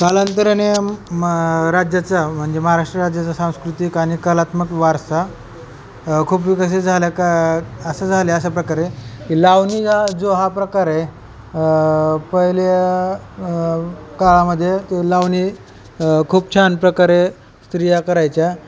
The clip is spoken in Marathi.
कालांतराने म राज्याचा म्हणजे महाराष्ट्र राज्याचा सांस्कृतिक आणि कलात्मक वारसा खूप विकसित झाला का असं झालं आहे अशा प्रकारे की लावणी जो हा प्रकार आहे पहिल्या काळामध्ये तो लावणी खूप छान प्रकारे स्त्रिया करायच्या